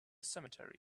cemetery